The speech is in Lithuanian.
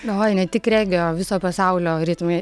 galvoje ne tik regėjo viso pasaulio ritmai